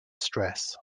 stress